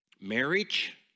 Marriage